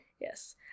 Yes